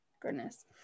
goodness